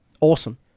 Awesome